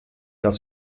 dat